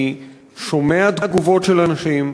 אני שומע תגובות של אנשים.